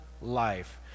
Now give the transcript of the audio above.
life